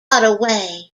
away